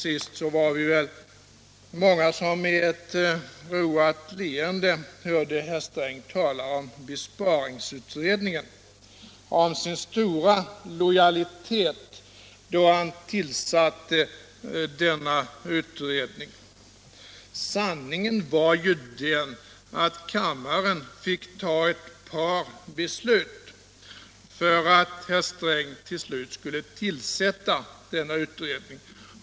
Det var väl till sist många som med ett roat leende hörde herr Sträng tala om sin stora lojalitet då han tillsatte besparingsutredningen. Sanningen var ju den att kammaren fick fatta ett par beslut innan herr Sträng äntligen tillsatte denna utredning.